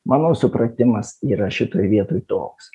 mano supratimas yra šitoj vietoj toks